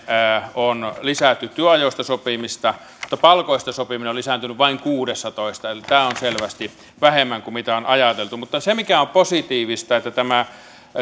on lisätty työajoista sopimista mutta palkoista sopiminen on lisääntynyt vain kuudessatoista eli tämä on selvästi vähemmän kuin on ajateltu mutta se mikä on positiivista on että tämä